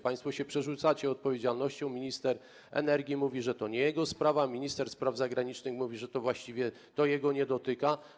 Państwo się przerzucacie odpowiedzialnością, minister energii mówi, że to nie jego sprawa, minister spraw zagranicznych mówi, że właściwie to go nie dotyka.